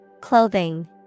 Clothing